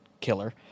killer